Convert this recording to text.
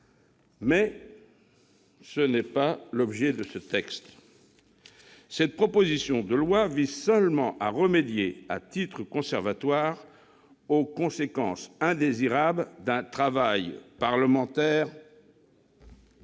Mais tel n'est pas l'objet de ce texte. Cette proposition de loi vise seulement à remédier, à titre conservatoire, aux conséquences indésirables d'un travail parlementaire sans